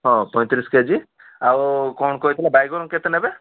ହଁ ପଇଁତିରିଶ କେ ଜି ଆଉ କ'ଣ କହିଥିଲେ ବାଇଗଣ କେତେ ନେବେ